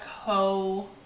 co-